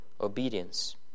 obedience